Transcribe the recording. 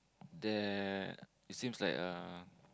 there seems like a